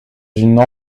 une